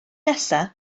nesaf